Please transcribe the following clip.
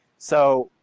so,